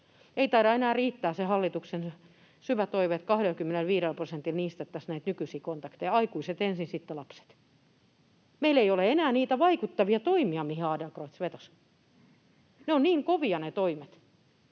Ei taida enää riittää se hallituksen syvä toive, että 25 prosentilla niistettäisiin näitä nykyisiä kontakteja, aikuiset ensin, sitten lapset. Meillä ei enää ole niitä vaikuttavia toimia, mihin Adlercreutz vetosi. Ne ovat niin kovia